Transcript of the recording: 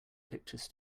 pictures